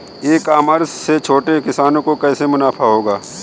ई commerce से छोटे किसानों को कैसे मुनाफा होगा?